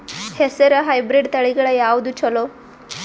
ಹೆಸರ ಹೈಬ್ರಿಡ್ ತಳಿಗಳ ಯಾವದು ಚಲೋ?